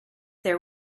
there